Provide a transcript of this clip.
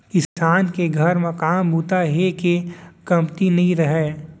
किसान के घर काम बूता हे के कमती नइ रहय